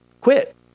Quit